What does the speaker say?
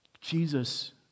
Jesus